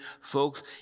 folks